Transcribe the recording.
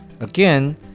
Again